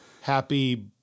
happy